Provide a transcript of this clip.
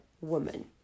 woman